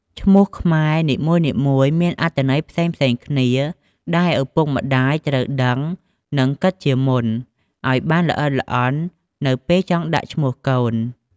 ឈ្មោះខ្មែរនីមួយៗមានអត្ថន័យផ្សេងៗគ្នាដែលឪពុកម្តាយត្រូវដឹងនិងគិតជាមុនអោយបានល្អិតល្អន់ នៅពេលចង់ដាក់ឈ្មោះកូន។